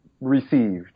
received